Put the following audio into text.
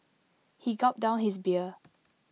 he gulped down his beer